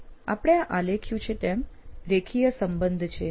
તો આપણે આલેખ્યું છે તેમ આ રેખીય સંબંધ છે